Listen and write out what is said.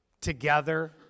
together